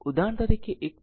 ઉદાહરણ તરીકે 1